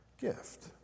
gift